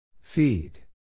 Feed